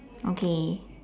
okay